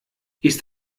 ist